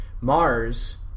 Mars